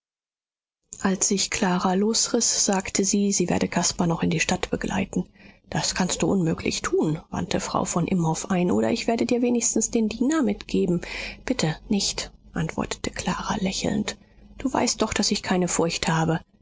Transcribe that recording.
als sich clara losriß sagte sie sie werde caspar noch in die stadt begleiten das kannst du unmöglich tun wandte frau von imhoff ein oder ich werde dir wenigstens den diener mitgeben bitte nicht antwortete clara lächelnd du weißt doch daß ich keine furcht habe